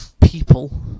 people